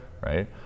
right